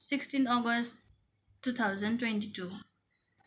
sixteenth August two thousand twenty to